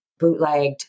bootlegged